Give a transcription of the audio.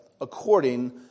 according